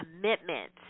commitment